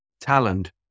talent